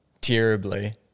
terribly